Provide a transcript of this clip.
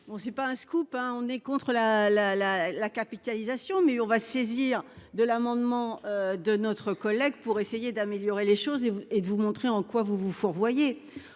ce n'est pas un scoop, nous sommes contre la capitalisation, mais nous allons nous saisir de l'amendement de M. Husson pour essayer d'améliorer les choses et de vous montrer en quoi vous vous fourvoyez.